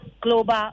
global